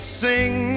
sing